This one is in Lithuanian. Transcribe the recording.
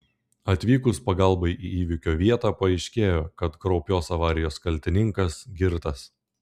atvykus pagalbai į įvykio vietą paaiškėjo kad kraupios avarijos kaltininkas girtas